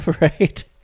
Right